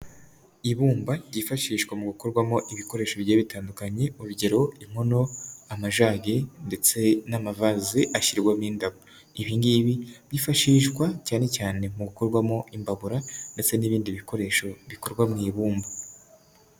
Ibumba ryifashishwa mu gukorwamo ibikoresho bigiye bitandukanye, urugero inkono, amajage ndetse n'amavazi ashyirwamo indabo. Ibi ngibi byifashishwa cyane cyane mu gukorwamo imbabura ndetse n'ibindi bikoresho bikorwa mu ibumba.